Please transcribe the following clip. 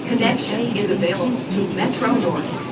in an age of intense media scrutiny,